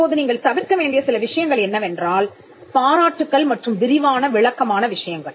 இப்போது நீங்கள் தவிர்க்க வேண்டிய சில விஷயங்கள் என்னவென்றால் பாராட்டுக்கள் மற்றும் விரிவான விளக்கமான விஷயங்கள்